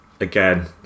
again